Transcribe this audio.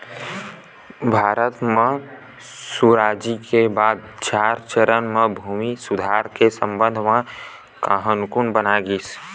भारत म सुराजी के बाद चार चरन म भूमि सुधार के संबंध म कान्हून बनाए गिस